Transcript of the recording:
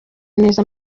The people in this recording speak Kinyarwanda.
neza